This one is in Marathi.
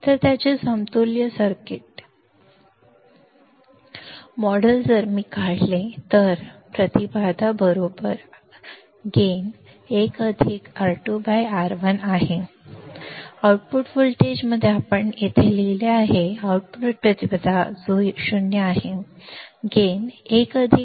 तर त्याचे समतुल्य सर्किट मॉडेल जर मी काढले इनपुट प्रतिबाधा बरोबर आहे गेन 1 R2R1 आहे v v आउटपुट व्होल्टेजमध्ये आपण येथे लिहिले आहे आउटपुट प्रतिबाधा 0 आहे गेन 1 R2R1 व्यतिरिक्त काहीही नाही